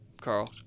carl